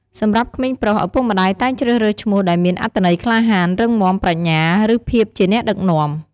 សម្រាប់ក្មេងប្រុស ឪពុកម្តាយតែងជ្រើសរើសឈ្មោះដែលមានអត្ថន័យក្លាហាន រឹងមាំ ប្រាជ្ញា ឬភាពជាអ្នកដឹកនាំ។